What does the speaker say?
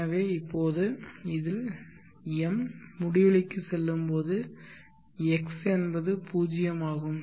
எனவே இப்போது இதில் m முடிவிலிக்குச் செல்லும்போது x என்பது 0 ஆகும்